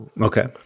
okay